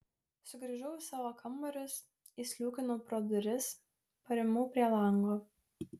sugrįžau į savo kambarius įsliūkinau pro duris parimau prie lango